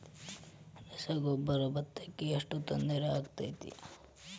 ರಸಗೊಬ್ಬರ, ಭತ್ತಕ್ಕ ಎಷ್ಟ ತೊಂದರೆ ಆಕ್ಕೆತಿ?